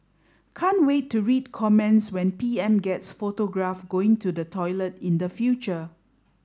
can't wait to read comments when P M gets photographed going to the toilet in the future